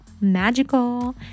magical